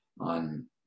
on